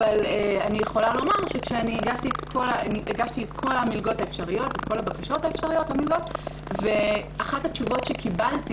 אבל אני יכולה לומר שהגשתי בקשה לכל המלגות האפשריות ואחת התשובות שקיבלתי